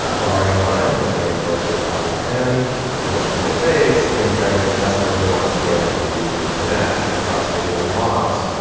ah barring a line from enforcers, howard's end on which players base the inheritance desperately wants gay men to connect across age and loss.